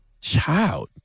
child